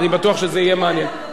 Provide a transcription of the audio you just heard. אני בטוח שזה יהיה מעניין.